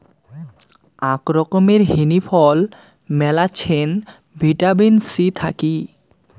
আক রকমের হিনি ফল মেলাছেন ভিটামিন সি থাকি